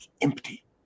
empty